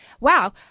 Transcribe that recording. wow